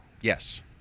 Yes